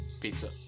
Pizza